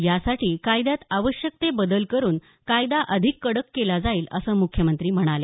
यासाठी कायद्यात आवश्यक ते बदल करून कायदा अधिक कडक केला जाईल असं मुख्यमंत्री म्हणाले